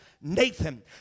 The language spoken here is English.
Nathan